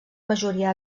majoria